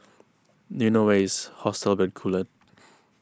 do you know where is Hotel Bencoolen